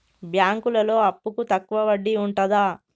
బ్యాంకులలో అప్పుకు తక్కువ వడ్డీ ఉంటదా?